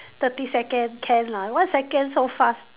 thirty second can lah one second so fast